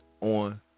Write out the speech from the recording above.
on